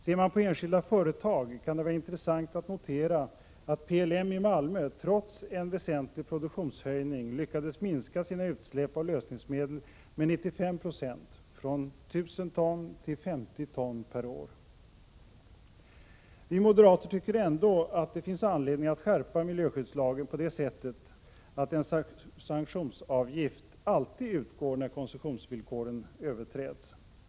Ser man på enskilda företag kan det vara intressant att notera att PLM i Malmö trots en väsentlig produktionshöjning lyckades minska sina utsläpp av lösningsmedel med 95 96, från 1 000 ton till 50 ton per år. Vi moderater tycker ändå att det finns anledning att skärpa miljöskyddslagen på det sättet att en sanktionsavgift alltid utgår när koncessionsvillkoren överträds.